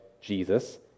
Jesus